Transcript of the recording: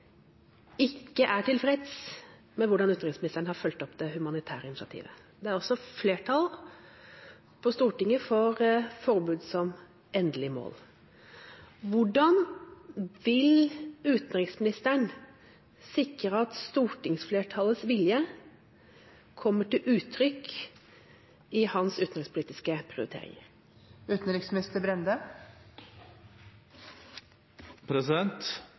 ikke er tilfreds med hvordan utenriksministeren har fulgt opp det humanitære initiativet. Det er på Stortinget også flertall for forbud som endelig mål. Hvordan vil utenriksministeren sikre at stortingsflertallets vilje kommer til uttrykk i hans utenrikspolitiske